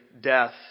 death